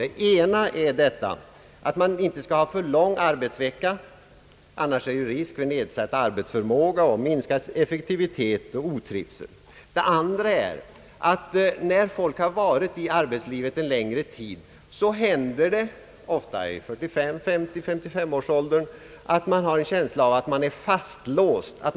För det första skall man inte ha för lång arbetsvecka, annars finns det risk för nedsatt arbetsförmåga, minskad effektivitet och otrivsel. För det andra händer det ofta när folk har varit med 1 arbetslivet under längre tid, att de i 45—50-årsåldern har en känsla av att de är fastlåsta.